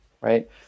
right